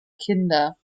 kinder